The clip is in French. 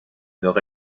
nord